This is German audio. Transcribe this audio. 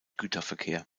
güterverkehr